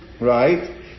right